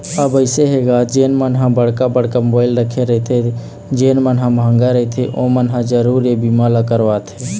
अब अइसे हे गा जेन मन ह बड़का बड़का मोबाइल रखे रहिथे जेन मन ह मंहगा रहिथे ओमन ह जरुर ये बीमा ल करवाथे